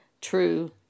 true